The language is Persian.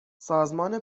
سازمان